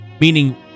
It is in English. meaning